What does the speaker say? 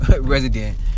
resident